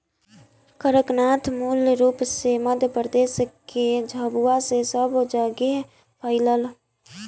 कड़कनाथ मूल रूप से मध्यप्रदेश के झाबुआ से सब जगेह फईलल